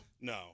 No